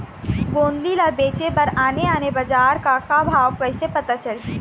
गोंदली ला बेचे बर आने आने बजार का भाव कइसे पता चलही?